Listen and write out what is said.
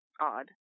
odd